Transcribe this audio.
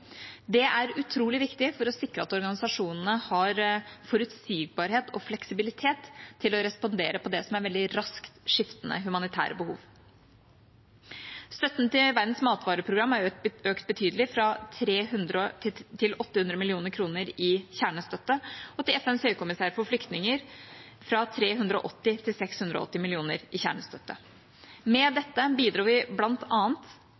Det er viktig for å sikre at organisasjonene har forutsigbarhet og fleksibilitet til å respondere på det som er veldig raskt skiftende humanitære behov. Støtten til Verdens matvareprogram, WFP, er økt betydelig, fra 300 mill. til 800 mill. kr i kjernestøtte, og til FNs høykommissær for flyktninger, UNHCR, fra 380 mill. til 680 mill. kr i kjernestøtte. Med